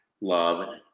love